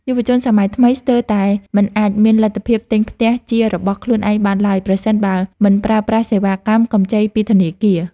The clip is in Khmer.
យុវជនសម័យថ្មីស្ទើរតែមិនអាចមានលទ្ធភាពទិញផ្ទះជារបស់ខ្លួនឯងបានឡើយប្រសិនបើមិនប្រើប្រាស់សេវាកម្មកម្ចីពីធនាគារ។